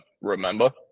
remember